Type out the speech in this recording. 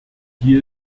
die